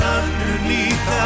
underneath